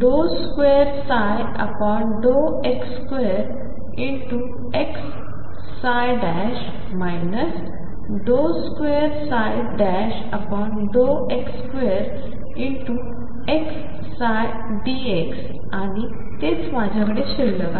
2x2xψdx आणि तेच माझ्याकडे शिल्लक आहे